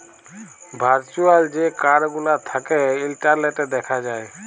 virtual যে card গুলা থ্যাকে ইলটারলেটে দ্যাখা যায়